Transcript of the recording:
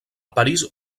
parís